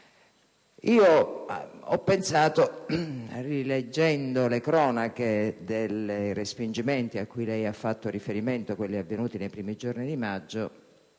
me lo auguro. Rileggendo le cronache dei respingimenti a cui lei ha fatto riferimento, quelli avvenuti nei primi giorni di maggio,